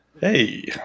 Hey